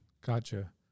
Gotcha